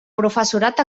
professorat